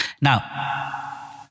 Now